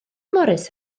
morris